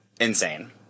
insane